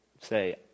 say